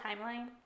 timeline